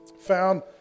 found